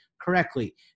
correctly